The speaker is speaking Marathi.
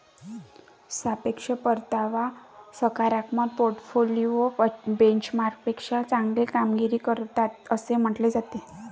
सापेक्ष परतावा सकारात्मक पोर्टफोलिओ बेंचमार्कपेक्षा चांगली कामगिरी करतात असे म्हटले जाते